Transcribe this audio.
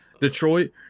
Detroit